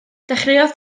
dechreuodd